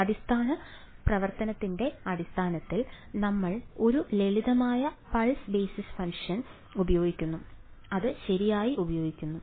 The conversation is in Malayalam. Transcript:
അടിസ്ഥാന പ്രവർത്തനത്തിന്റെ അടിസ്ഥാനത്തിൽ നമ്മൾ ഒരു ലളിതമായ പൾസ് ബേസിസ് ഫംഗ്ഷൻ ശരിയായി ഉപയോഗിക്കുന്നു